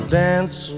dance